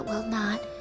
wilt not,